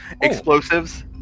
explosives